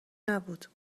نبود